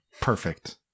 Perfect